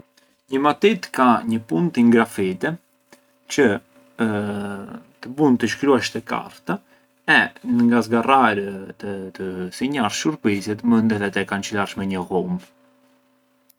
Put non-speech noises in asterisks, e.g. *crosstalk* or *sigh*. Një matitë ka një puntë in grafite çë *hesitation* të bunë të shrkuash te karta e nga zgarrar të-të sinjarsh shurbiset mënd edhe të e kançilarsh me një ghumë.